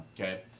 okay